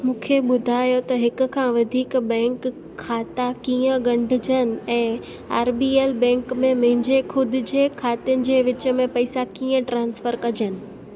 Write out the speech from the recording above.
मूंखे ॿुधायो त हिक खां वधीक बैंक खाता कीअं ॻंढिजनि ऐं आर बी एल बैंक में मुंहिंजे खुदि जे खातनि जे विच में पैसा कीअं ट्रान्सफर कजनि